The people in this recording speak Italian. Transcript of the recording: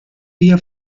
via